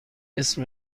اسم